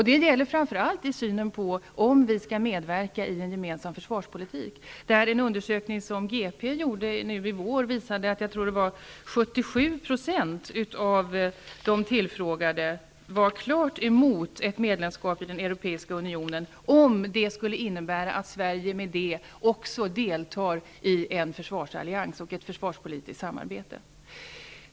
Det gäller framför allt uppfattningen om vi skall medverka i en gemensam försvarspolitik. En undersökning som GP gjorde under våren visade att ca 77 % av de tillfrågade var klart emot ett medlemskap i Europeiska unionen, om det skulle innebära att Sverige också deltar i en försvarsallians och ett försvarspolitiskt samarbete.